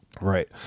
right